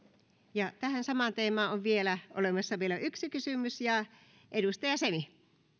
tähän samaan teemaan on vielä yksi kysymys edustaja semi